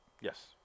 Yes